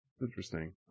Interesting